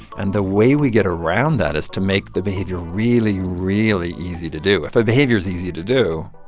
and the way we get around that is to make the behavior really, really easy to do. if a behavior is easy to do,